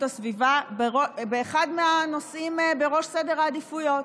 הסביבה כאחד מהנושאים בראש סדר העדיפויות.